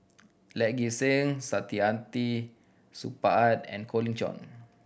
Lee Gek Seng Saktiandi Supaat and Colin Cheong